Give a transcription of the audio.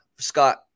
Scott